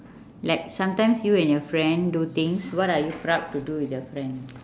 like sometimes you and your friend do things what are you proud to do with your friend